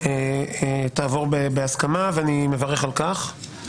תעבור בהסכמה, ואני מברך על כך.